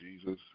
Jesus